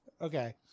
Okay